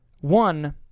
one